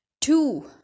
two